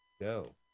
go